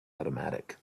automatic